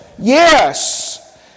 Yes